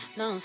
no